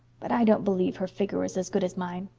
but i don't believe her figure is as good as mine,